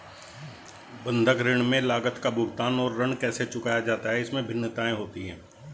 बंधक ऋण में लागत का भुगतान और ऋण कैसे चुकाया जाता है, इसमें भिन्नताएं होती हैं